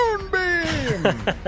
Moonbeam